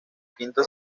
quinto